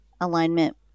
alignment